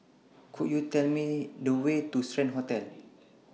Could YOU Tell Me The Way to Strand Hotel